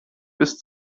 bis